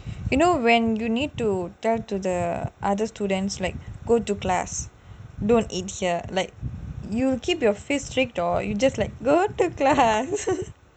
you know when you need to tell to the other students like go to class don't eat here like you will keep your face strict or you just like go to class